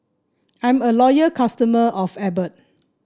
I'm a loyal customer of Abbott